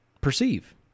perceive